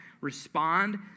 respond